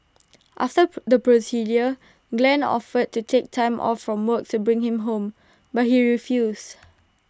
after the procedure Glen offered to take time off from work to bring him home but he refused